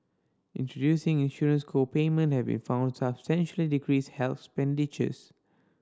introducing insurance co payment have been found substantially decrease health expenditures